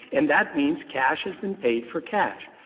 and that means cash has been paid for cash.